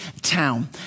town